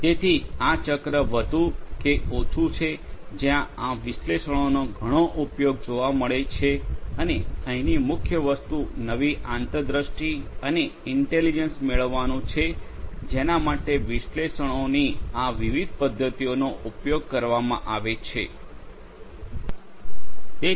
તેથી આ ચક્ર વધુ કે ઓછું છે જ્યાં વિશ્લેષણોનો ઘણો ઉપયોગ જોવા મળે છે અને અહીંની મુખ્ય વસ્તુ નવી આંતરદૃષ્ટિ અને ઇન્ટેલિજન્સ મેળવવાનું છે જેના માટે વિશ્લેષણોની આ વિવિધ પદ્ધતિઓનો ઉપયોગ કરવામાં આવેછે